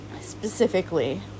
specifically